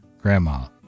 Grandma